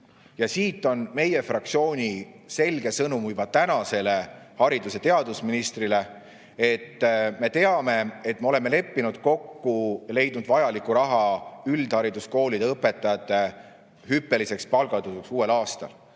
Ja siit on meie fraktsiooni selge sõnum ametisolevale haridus- ja teadusministrile. Me teame, et me oleme leppinud kokku ja leidnud vajaliku raha üldhariduskoolide õpetajate hüppeliseks palgatõusuks uuel aastal,